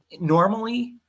Normally